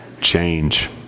Change